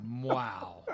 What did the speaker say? Wow